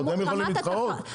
הם יכולים להתחרות,